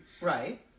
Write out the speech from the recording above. Right